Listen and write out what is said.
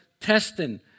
testing